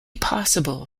possible